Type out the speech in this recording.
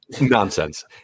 nonsense